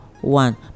one